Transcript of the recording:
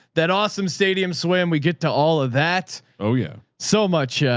that awesome stadium swim. we get to all of that. oh yeah. so much,